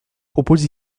propose